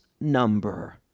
number